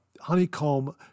Honeycomb